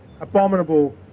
abominable